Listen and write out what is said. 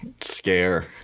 scare